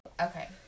Okay